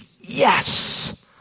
yes